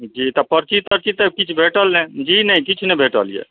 जी तऽ जी पर्ची तरची तऽ किछु भेटल नहि जी नहि किछु नहि भेटल यऽ